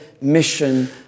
mission